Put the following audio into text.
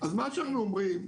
אז מה שאנחנו אומרים,